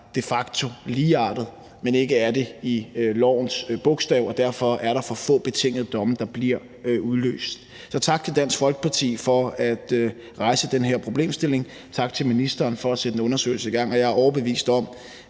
de facto er ligeartet, men ikke er det i lovens bogstav; og derfor er der for få betingede domme, der bliver udløst. Så tak til Dansk Folkeparti for at rejse den her problemstilling. Tak til ministeren for at sætte en undersøgelse i gang. Og jeg er overbevist om,